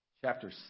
chapter